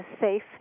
safe